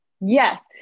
Yes